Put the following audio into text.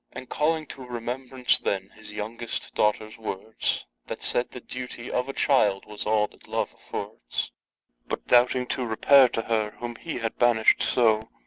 and calling to remembrance then his youngest daughters words, that said, the duty of a child was all that love affords but doubting to repair to her, whom he had ban'sh'd so,